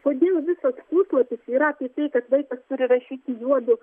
kodėl visas puslapis yra apie tai kad vaikas turi rašyti juodu